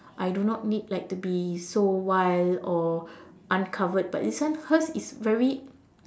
I do not need like to be so wild or uncovered but this one hers is very